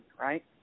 right